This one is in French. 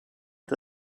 est